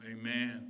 Amen